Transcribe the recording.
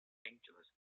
angeles